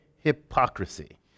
hypocrisy